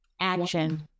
Action